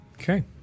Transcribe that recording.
Okay